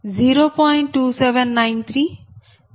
2206 0